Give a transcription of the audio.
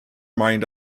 mind